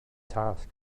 task